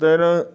तेन